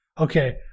okay